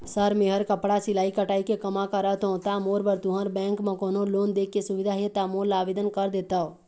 Sir मेहर कपड़ा सिलाई कटाई के कमा करत हों ता मोर बर तुंहर बैंक म कोन्हों लोन दे के सुविधा हे ता मोर ला आवेदन कर देतव?